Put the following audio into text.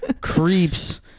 creeps